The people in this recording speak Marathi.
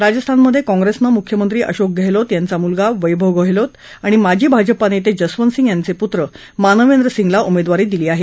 राजस्थानमधे काँग्रेसनं मुख्यमंत्री अशोक गहलोत यांचा पुत्र वैभव गहलोत आणि माजी भाजपा नेते जसवत सिंग यांचे पुत्र मानवेंद्र सिंगना उमेदवारी दिली आहे